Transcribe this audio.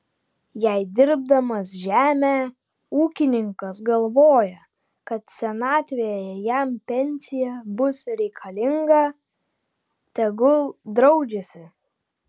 jei dirbdamas žemę ūkininkas galvoja kad senatvėje jam pensija bus reikalinga tegul draudžiasi